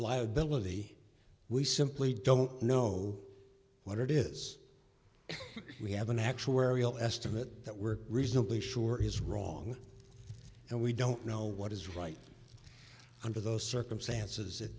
liability we simply don't know what it is we have an actuarial estimate that we're reasonably sure is wrong and we don't know what is right under those circumstances it